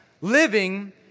Living